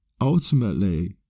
Ultimately